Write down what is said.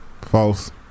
False